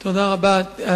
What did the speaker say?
תודה רבה.